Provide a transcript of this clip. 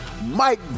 Mike